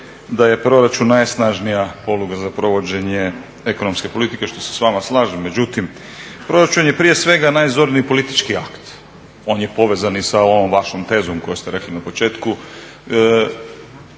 da je proračun najsnažnija poluga za provođenje ekonomske politike, što se s vama slažem. Međutim, proračun je prije svega najzorniji politički akt. On je povezan i sa ovom vašom tezom koju ste rekli na početku.